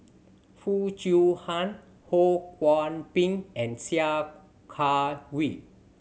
Foo Chiu Han Ho Kwon Ping and Sia Kah Hui